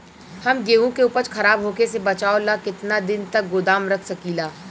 हम गेहूं के उपज खराब होखे से बचाव ला केतना दिन तक गोदाम रख सकी ला?